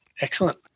Excellent